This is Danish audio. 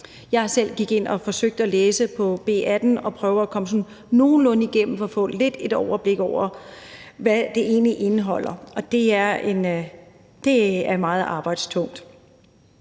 Jeg selv gik ind og forsøgte at læse på BR18 og prøvede at komme sådan nogenlunde igennem for at få et overblik over, hvad det egentlig indeholder, og det er meget arbejdstungt.